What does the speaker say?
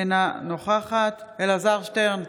אינה נוכחת אלעזר שטרן,